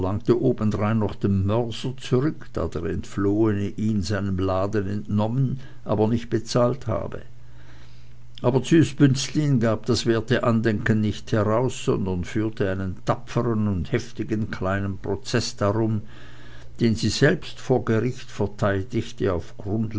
noch den mörser zurück da der entflohene ihn seinem laden entnommen aber nicht bezahlt habe aber züs bünzlin gab das werte andenken nicht heraus sondern führte einen tapfern und heftigen kleinen prozeß darum den sie selbst vor gericht verteidigte auf